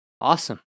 awesome